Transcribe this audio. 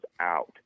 out